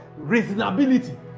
reasonability